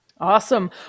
Awesome